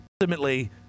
Ultimately